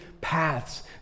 paths